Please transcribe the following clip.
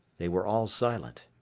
they were all silent.